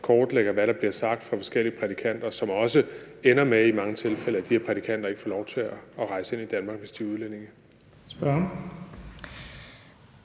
kortlægger, hvad der bliver sagt af forskellige prædikanter, hvilket i mange tilfælde også ender med, at de her prædikanter ikke får lov til at rejse ind i Danmark, hvis de er udlændinge. Kl.